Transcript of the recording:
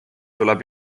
tuleb